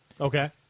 Okay